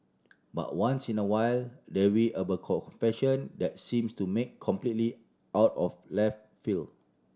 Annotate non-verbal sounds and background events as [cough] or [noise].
but once in a while there will a [unintelligible] confession that seems to make completely out of left field